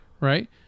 right